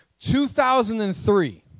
2003